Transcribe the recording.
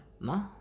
No